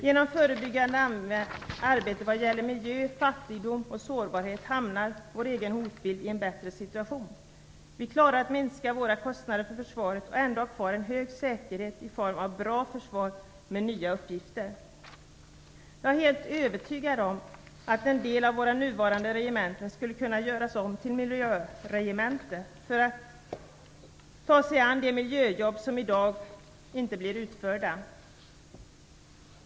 Genom förebyggande arbete vad gäller miljö, fattigdom och sårbarhet hamnar vår egen hotbild i en bättre situation. Vi klarar att minska våra kostnader för försvaret och ändå ha kvar en hög säkerhet i form av ett bra försvar med nya uppgifter. Jag är helt övertygad om att en del av våra nuvarande regementen skulle kunna göras om till miljöregementen som skulle kunna ta sig an de miljöjobb som i dag inte blir utförda.